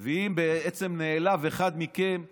ואם אחד מכם נעלב,